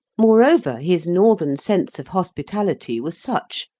moreover, his northern sense of hospitality was such,